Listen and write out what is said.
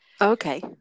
Okay